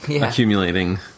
accumulating